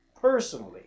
personally